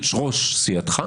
חקיקה.